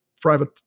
private